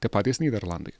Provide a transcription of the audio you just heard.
tie patys nyderlandai